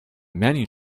menu